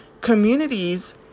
communities